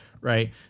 right